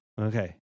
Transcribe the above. Okay